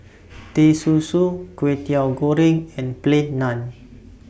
Teh Susu Kwetiau Goreng and Plain Naan